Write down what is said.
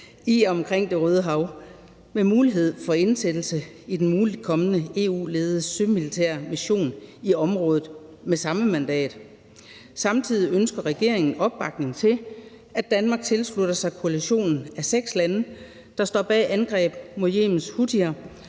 og omkring Det Røde Hav med mulighed for indsættelse i den mulige kommende EU-ledede sømilitære mission i området med samme mandat. Samtidig ønsker regeringen opbakning til, at Danmark tilslutter sig koalitionen af seks lande, der står bag angreb mod Yemens houthier,